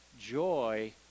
joy